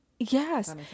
Yes